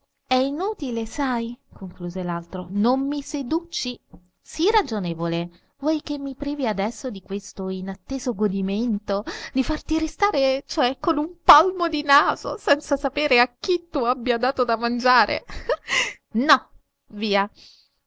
e inutile sai concluse l'altro non mi seduci sii ragionevole vuoi che mi privi adesso di questo inatteso godimento di farti restare cioè con un palmo di naso senza sapere a chi tu abbia dato da mangiare no via